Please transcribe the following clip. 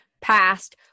past